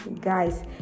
guys